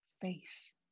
face